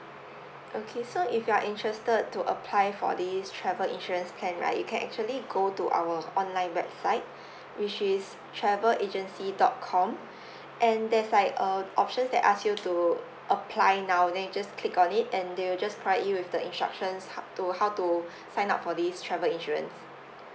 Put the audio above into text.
okay so if you are interested to apply for this travel insurance plan right you can actually go to our online website which is travel agency dot com and there's like a options that ask you to apply now then you just click on it and they will just provide you with the instructions h~ to how to sign up for this travel insurance